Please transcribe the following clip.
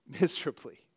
miserably